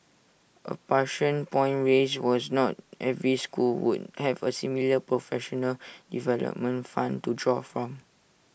A pertinent point raised was not every school would have A similar professional development fund to draw from